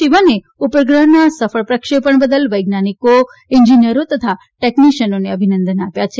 સિવને ઉપગ્રહના સફળ પ્રક્ષેપણ બદલ વૈજ્ઞાનિકો ઇન્જિનિયરો અને ટેકનીશીયનોને અભિનંદન આપ્યા છે